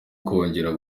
kongera